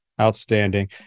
Outstanding